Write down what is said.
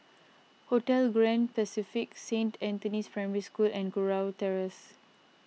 Hotel Grand Pacific Saint Anthony's Primary School and Kurau Terrace